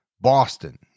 Boston